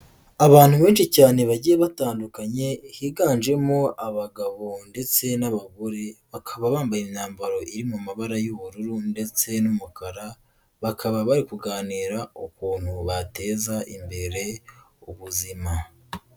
Abantu benshi cyane bagiye batandukanye higanjemo abagabo ndetse n'abagore bakaba bambaye imyambaro iri mu mabara y'ubururu ndetse n'umukara, bakaba bari kuganira ukuntu bateza imbere ubuzima.